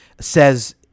says